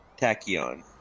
Tachyon